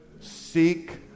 Seek